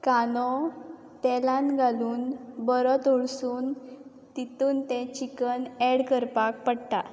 कांदो तेलांत घालून बरो तळसून तितून तें चिकन एड करपाक पडटा